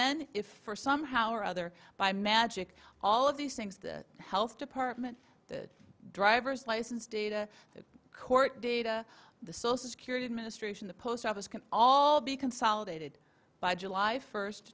then if somehow or other by magic all of these things the health department the driver's license data the court data the social security administration the post office can all be consolidated by july first